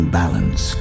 balance